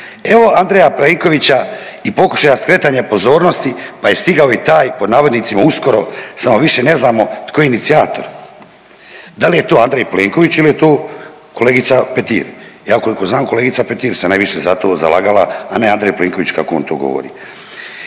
evo Andreja Plenkovića i pokušaja skretanja pozornosti pa je stigao i taj „uskoro“ samo više ne znamo tko je inicijator, da li je to Andrej Plenković ili je to kolegica Petir? Ja koliko znam kolegica Petir se najviše za to zalagala, a ne Andrej Plenković kako on to govori.